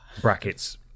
Brackets